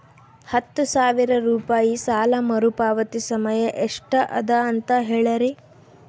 ಹತ್ತು ಸಾವಿರ ರೂಪಾಯಿ ಸಾಲ ಮರುಪಾವತಿ ಸಮಯ ಎಷ್ಟ ಅದ ಅಂತ ಹೇಳರಿ?